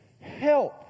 help